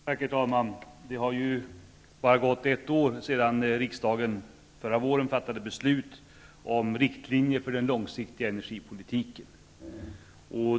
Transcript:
Herr talman! Det har ju bara gått ett år sedan riksdagen förra våren fattade beslut om riktlinjer för den långsiktiga energipolitiken.